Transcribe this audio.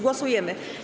Głosujemy.